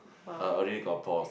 uh already got balls